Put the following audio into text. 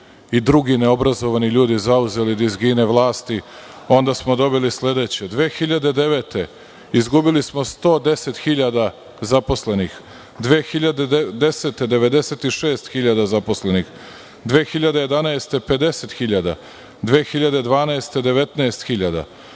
i drugi neobrazovani ljudi zauzeli dizgine vlasti, onda smo dobili sledeće. Godine 2009. izgubili smo 110.000 zaposlenih, 2010. godine – 96.000 zaposlenih, 2011. godine – 50.000